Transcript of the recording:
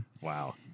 Wow